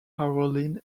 harris